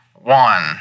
One